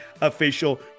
official